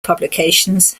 publications